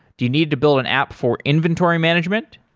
do you need to build an app for inventory management?